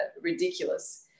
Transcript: ridiculous